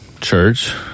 church